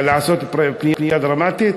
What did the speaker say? לעשות פנייה דרמטית?